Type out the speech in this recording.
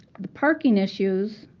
the parking issues,